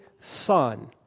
Son